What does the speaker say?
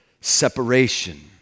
Separation